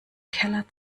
keller